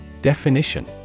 Definition